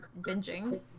binging